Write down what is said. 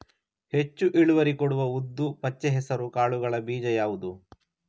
ಹೆಚ್ಚು ಇಳುವರಿ ಕೊಡುವ ಉದ್ದು, ಪಚ್ಚೆ ಹೆಸರು ಕಾಳುಗಳ ಬೀಜ ಯಾವುದು?